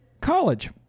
college